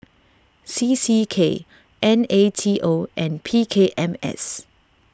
C C K N A T O and P K M S